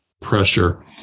pressure